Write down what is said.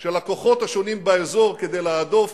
של הכוחות השונים באזור כדי להדוף